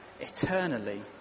eternally